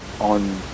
on